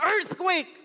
earthquake